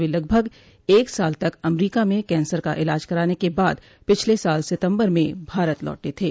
वे लगभग एक साल तक अमरीका में कैंसर का इलाज कराने के बाद पिछले साल सितंबर में भारत लौटे थे